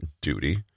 duty